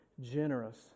generous